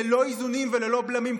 ללא איזונים וללא בלמים,